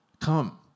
Come